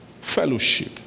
fellowship